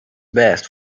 best